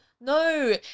No